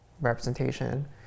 representation